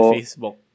Facebook